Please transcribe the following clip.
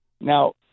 Now